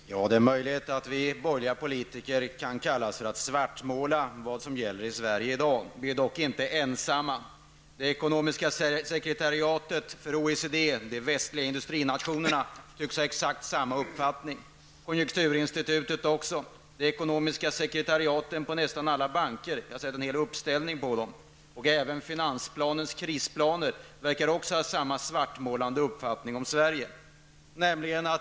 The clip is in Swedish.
Fru talman! Det är möjligt att vi borgerliga politiker kan kallas för svartmålare av vad som händer i Sverige i dag. Vi är dock inte ensamma. Det ekonomiska sekretariatet för OECD, de västliga industrinationerna, tycks ha exakt samma uppfattning, konjunkturinstitutet också liksom de ekonomiska sekretariaten på nästan alla banker -- jag har sett en hel uppställning. Även finansplanens krisplaner verkar ha samma svartmålande uppfattning om Sverige.